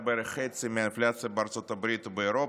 בערך חצי מהאינפלציה בארצות הברית ובאירופה,